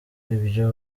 ibyo